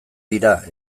dira